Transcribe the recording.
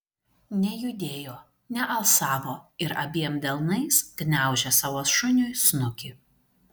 nejudėjo nealsavo ir abiem delnais gniaužė savo šuniui snukį